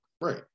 Right